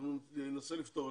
אנחנו ננסה לפתור.